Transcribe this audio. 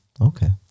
Okay